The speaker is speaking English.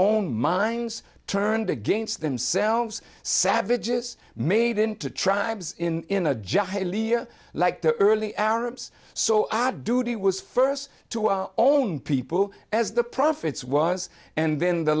own minds turned against themselves savages made into tribes in a just a lier like the early arabs so odd duty was first to our own people as the prophets was and then the